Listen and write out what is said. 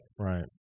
Right